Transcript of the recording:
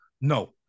No